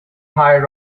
high